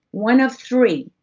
one of three,